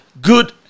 Good